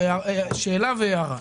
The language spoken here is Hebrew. שאלה והערה.